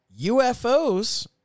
UFOs